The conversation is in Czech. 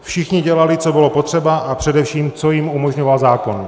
Všichni dělali, co bylo potřeba, a především co jim umožňoval zákon.